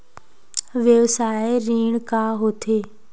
व्यवसाय ऋण का होथे?